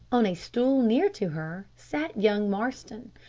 on a stool near to her sat young marston,